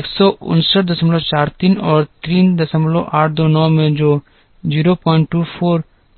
15943 और 3829 में 024 जो 3918 है